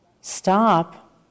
stop